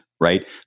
right